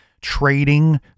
trading